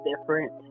different